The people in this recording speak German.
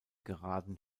geraden